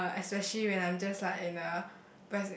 uh especially when I'm just like in a